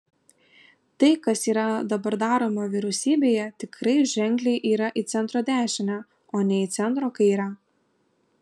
tai kas yra dabar daroma vyriausybėje tikrai ženkliai yra į centro dešinę o ne į centro kairę